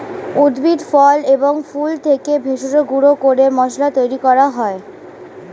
উদ্ভিদ, ফল এবং ফুল থেকে ভেষজ গুঁড়ো করে মশলা তৈরি করা হয়